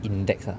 index ah